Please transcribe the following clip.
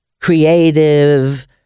creative